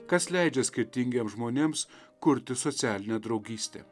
kas leidžia skirtingiems žmonėms kurti socialinę draugystę